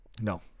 No